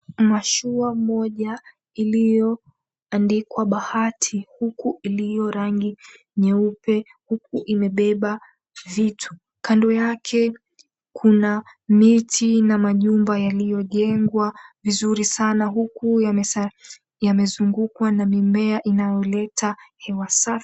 Mashua moja iliyoandikwa, BAHATI huku iliyorangi nyeupe huku imebeba vitu. Kando yake kuna miti na manyumba yaliyojengwa vizuri sana, huku yamezungukwa na mimea inayoleta hewa safi.